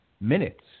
minutes